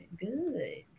good